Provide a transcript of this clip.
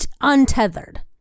untethered